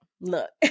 look